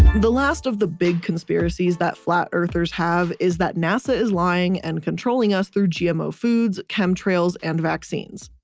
the last of the big conspiracies that flat-earthers have is that nasa is lying and controlling us through gmo foods, chemtrails and vaccines.